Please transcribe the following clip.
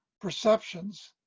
perceptions